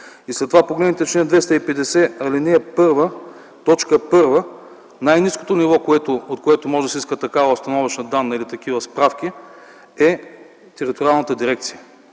1. След това погледнете чл. 250, ал. 1, т. 1 – най-ниското ниво, от което може да се иска такава установъчна данна или такива справки, е териториалната дирекция.